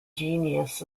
genius